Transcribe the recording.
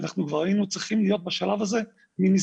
אנחנו כבר היינו צריכים להיות בשלב הזה מזמן.